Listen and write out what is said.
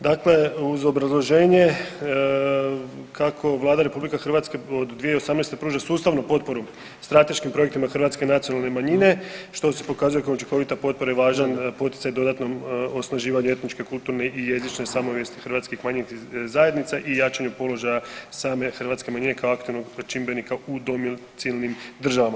Dakle uz obrazloženje kako Vlada RH od 2018. pruža sustavnu potporu strateškim projektima hrvatske nacionalne manjine što se ukazuje kao učinkovita potpora i važan poticaj dodatnom osnaživanju etničke, kulturne i jezične samosvijesti hrvatskih manjinskih zajednica i jačanju položaja same hrvatske manjine kao aktivnog čimbenika u domicilnim državama.